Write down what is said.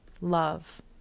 Love